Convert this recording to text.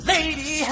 Lady